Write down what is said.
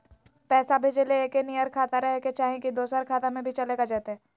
पैसा भेजे ले एके नियर खाता रहे के चाही की दोसर खाता में भी चलेगा जयते?